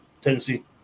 Tennessee